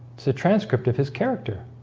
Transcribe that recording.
transcript of his character